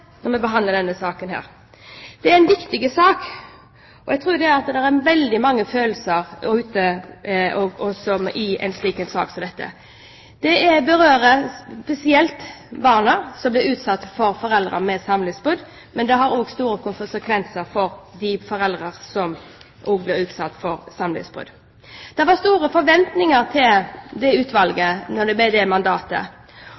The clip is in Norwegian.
når vi behandler denne saken. Dette er en viktig sak, og det er veldig mange følelser knyttet til den. Den berører spesielt barn som blir utsatt for samlivsbrudd mellom foreldrene, men den har også store konsekvenser for de foreldrene som blir utsatt for samlivsbrudd. Det var store forventninger til utvalget og dets mandat, og det